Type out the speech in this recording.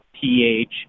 pH